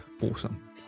awesome